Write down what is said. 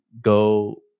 go